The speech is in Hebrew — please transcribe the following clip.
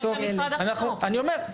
בסוף --- במשרד החינוך --- אני אומר,